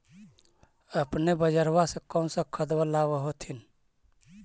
अपने बजरबा से कौन सा खदबा लाब होत्थिन?